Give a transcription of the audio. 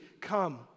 come